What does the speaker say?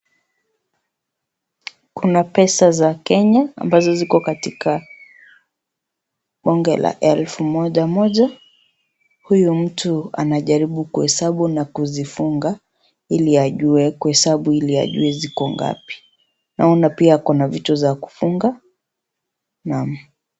Kuna pesa za Kenya, ambazo ziko katika bonge la elfu moja moja, huyu mtu anajaribu kuhesabu na kuzifunga, ili ajue kuhesabu ili ajue ziko ngapi. Naona pia kuna vitu za kufunga, naam.